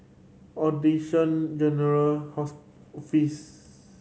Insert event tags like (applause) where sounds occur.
Audition General (unintelligible)